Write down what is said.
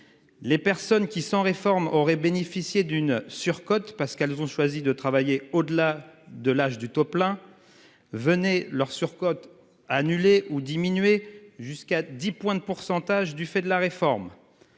Les personnes qui, sans réforme aurait bénéficié d'une surcote parce qu'elles ont choisi de travailler au-delà de l'âge du taux plein. Venez leur surcote. Annuler ou diminuer jusqu'à 10 points de pourcentage du fait de la réforme.